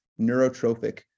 neurotrophic